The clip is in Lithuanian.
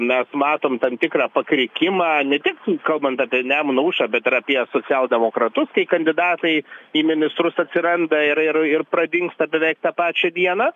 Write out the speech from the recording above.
mes matom tam tikrą pakrikimą ne tik kalbant apie nemuno aušrą bet ir apie socialdemokratus kai kandidatai į ministrus atsiranda ir ir ir pradingsta beveik tą pačią dieną